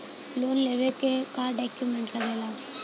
Loan लेवे के का डॉक्यूमेंट लागेला?